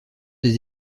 des